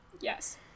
Yes